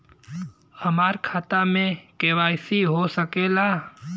हमार खाता में के.वाइ.सी हो सकेला?